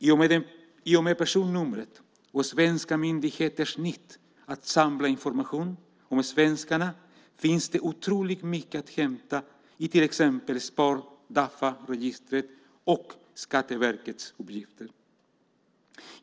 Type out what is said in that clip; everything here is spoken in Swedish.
I och med personnumret och svenska myndigheters nit att samla information om svenskarna finns det otroligt mycket att hämta i till exempel Spar-Dafa och Skatteverkets uppgifter.